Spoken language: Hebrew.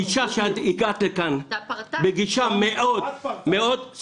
הגישה שאת הגעת אתה לכאן זו גישה מאוד מתנשאת.